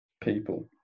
people